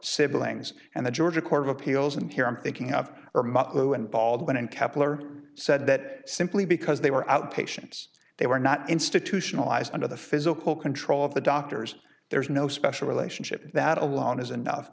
siblings and the georgia court of appeals and here i'm thinking of her mother who and baldwin and kepler said that simply because they were outpatients they were not institutionalized under the physical control of the doctors there is no special relationship that alone is enough